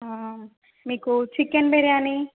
మీకు చికెన్ బిర్యానీ